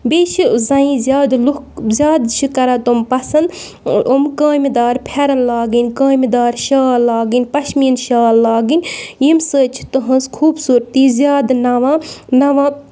بیٚیہِ چھِ زَنہِ زیادٕ لُکھ زیادٕ چھِ کَران تِم پَسنٛد یِم کامہِ دار پھٮ۪رَن لاگٔنۍ کامہِ دار شال لاگٕنۍ پَشمیٖن شال لاگٕنۍ ییٚمہِ سۭتۍ چھِ تٔہٕنٛز خوٗبصوٗرتی زیادٕ نَوان نَوان